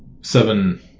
seven